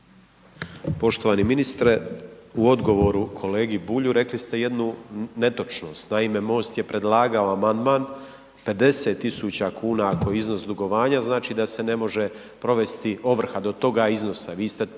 Poštovani ministre u odgovoru kolegi Bulju rekli ste jednu netočnost, naime Most je predlagao amandman, 50 tisuća kuna ako je iznos dugovanja znači da se ne može provesti ovrha do toga iznosa,